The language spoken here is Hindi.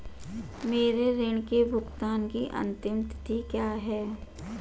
मेरे ऋण के भुगतान की अंतिम तिथि क्या है?